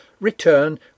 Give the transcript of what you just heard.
Return